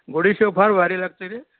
गोडी शेव फार भारी लागते रे